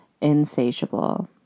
Insatiable